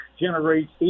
generates